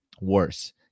worse